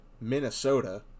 Minnesota